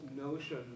notion